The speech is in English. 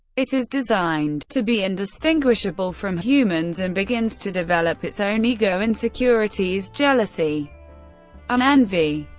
it is designed to be indistinguishable from humans, and begins to develop its own ego, insecurities, jealousy and envy.